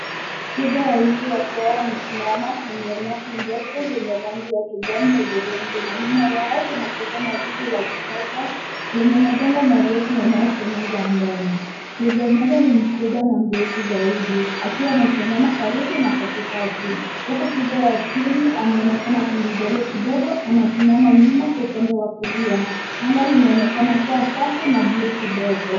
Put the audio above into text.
Twiga wawili wakiwa wamesimama kwenye nyasi ndefu za kijani hudhurungi na nyuma yao tunatazama jiji la kisasa lenye majengo marefu yanayochomoza angani. Twiga mmoja ni mkubwa na mrefu zaidi akiwa amesimama karibu na katikati huku twiga wa pili anaonekana kuwa mdogo. Kidogo anasimama nyuma kwa upande wa kulia. Anga linaonekana kuwa safi na buluu kidogo.